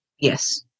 Yes